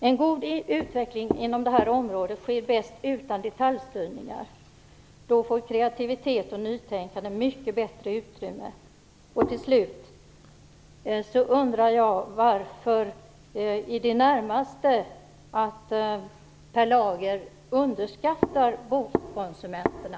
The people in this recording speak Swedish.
En god utveckling inom detta område sker bäst utan detaljstyrningar. Då får kreativitet och nytänkande mycket bättre utrymme. Till slut undrar jag varför Per Lager i det närmaste underskattar bostadskonsumenterna?